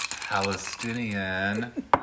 Palestinian